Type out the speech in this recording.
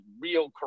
real